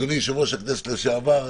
אדוני יושב-ראש הכנסת לשעבר,